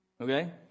okay